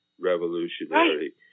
revolutionary